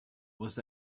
was